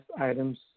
items